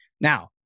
Now